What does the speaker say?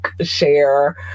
share